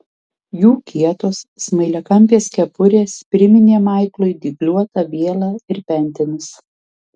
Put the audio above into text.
jų kietos smailiakampės kepurės priminė maiklui dygliuotą vielą ir pentinus